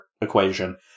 equation